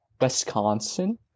Wisconsin